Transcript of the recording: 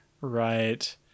Right